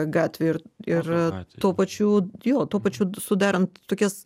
gatvėje ir ir tuo pačiu jo tuo pačiu sudarant tokias